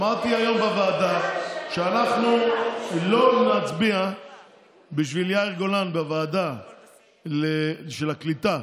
אמרתי היום בוועדה שאנחנו לא נצביע בשביל יאיר גולן בוועדה של הקליטה,